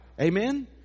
Amen